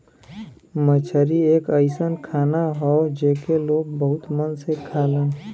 मछरी एक अइसन खाना हौ जेके लोग बहुत मन से खालन